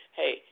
hey